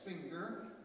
finger